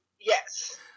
yes